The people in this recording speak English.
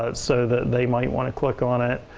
ah so that they might want to click on it.